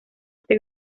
este